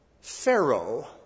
Pharaoh